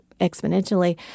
exponentially